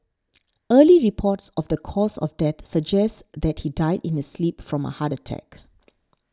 early reports of the cause of death suggests that he died in his sleep from a heart attack